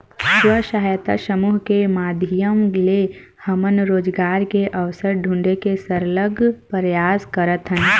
स्व सहायता समूह के माधियम ले हमन रोजगार के अवसर ढूंढे के सरलग परयास करत हन